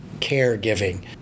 caregiving